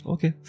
Okay